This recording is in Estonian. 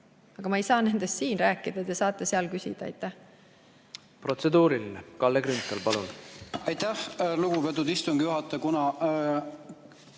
Aga ma ei saa nendest siin rääkida. Te saate sealt küsida. Aitäh!